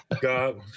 God